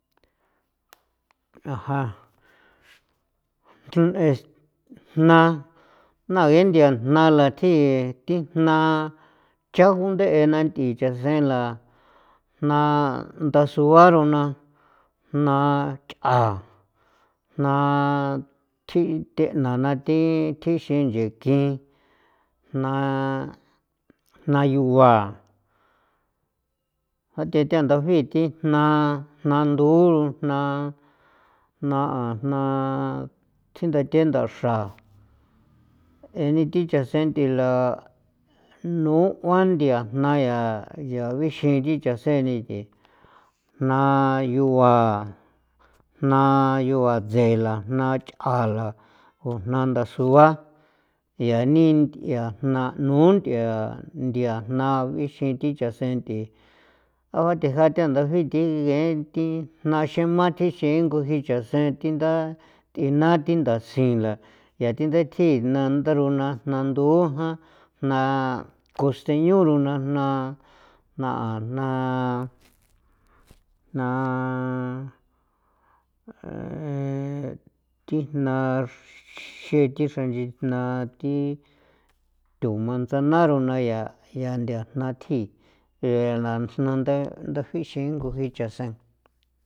Aja thjon es jna jna ngee thia jna lathjii thi jna cha gunthe'e na nthii chasenla jna ndasuarona jna chja'a jna thjiithena naa thi thjixin nche kjin jna jnayua athi thee tanda thi jna jna ndooro jna jna jna thjindathe ndaxra jeni thi chasenthila noan thia jna yaa yaa bixin thi chaseeni thi jnayua jnayua tsee lajna chja'ala ku jna ndasua yaa nii thi jna noo yaa thia jna bixin thi chaasen thi athejan thaana thi ngee thi jna xema thjixingo chasen thi nda thiina thi ndasinla yaa thi nda thjin na ndarona jnaduja jna kosteño rojna jna jna jna jna thji jna xee thi xra nchena thi tho manzanarona yaa yaa ndanathjin ngee nda nde dnajixingo jii chasen.